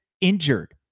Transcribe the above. injured